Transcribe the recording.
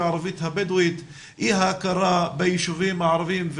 הערבית-הבדואית היא ההכרה ביישובים הערבים.